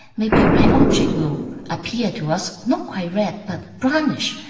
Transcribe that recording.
maybe a red object will appear to us not quite red, but brownish.